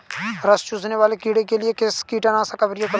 रस चूसने वाले कीड़े के लिए किस कीटनाशक का प्रयोग करें?